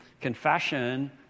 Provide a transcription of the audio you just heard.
confession